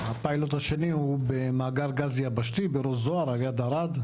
הפיילוט השני הוא במאגר גז יבשתי בראש זוהר על יד ערד.